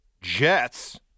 Jets